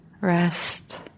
rest